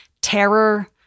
Terror